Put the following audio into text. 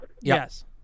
Yes